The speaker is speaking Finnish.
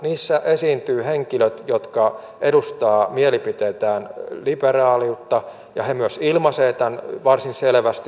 niissä esiintyvät henkilöt jotka edustavat mielipiteiltään liberaaliutta ja he myös ilmaisevat tämän varsin selvästi niissä